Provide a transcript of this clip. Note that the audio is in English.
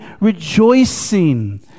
rejoicing